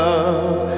Love